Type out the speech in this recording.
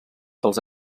dels